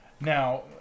now